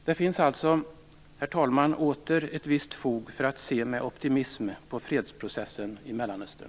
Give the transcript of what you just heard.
Det finns alltså, herr talman, åter ett visst fog för att se med optimism på fredsprocessen i Mellanöstern.